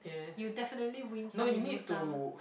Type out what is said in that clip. you definitely win some you lose some